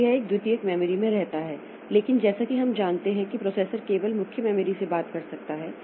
तो यह द्वितीयक मेमोरी में रहता है लेकिन जैसा कि हम जानते हैं कि प्रोसेसर केवल मुख्य मेमोरी से बात कर सकता है